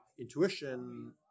intuition